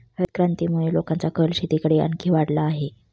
हरितक्रांतीमुळे लोकांचा कल शेतीकडे आणखी वाढला आहे